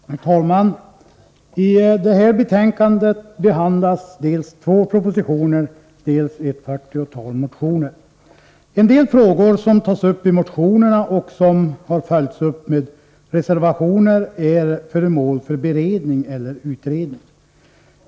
Herr talman! I det här betänkandet behandlas dels två propositioner, dels ett fyrtiotal motioner. En del frågor som tas upp i motionerna och som har följts upp med reservationer är föremål för beredning eller utredning.